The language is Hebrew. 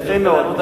חבר הכנסת צרצור,